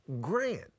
grant